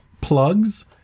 Plugs